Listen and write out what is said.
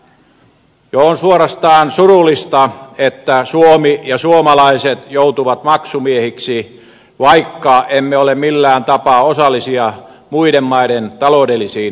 jo on suorastaan surullista että suomi ja suomalaiset joutuvat maksumiehiksi vaikka emme ole millään tapaa osallisia muiden maiden taloudellisiin vaikeuksiin